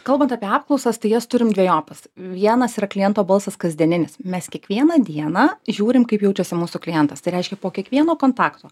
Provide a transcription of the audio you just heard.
kalbant apie apklausas tai jas turim dvejopas vienas yra kliento balsas kasdieninis mes kiekvieną dieną žiūrim kaip jaučiasi mūsų klientas tai reiškia po kiekvieno kontakto